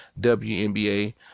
WNBA